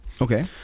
Okay